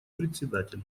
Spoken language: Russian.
председатель